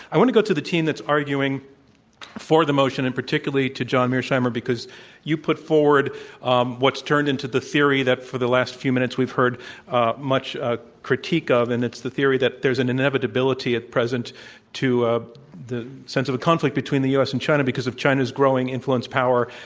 i want to go to the team that's arguing for the motion, and particularly to john mearsheimer because you put forward um what's turned into the theory that for the last few minutes we've heard ah much ah critique of, and it's the theory that there's an inevitability at present to ah the sense of a conflict between the u. s. and china because of china's growing influence, power,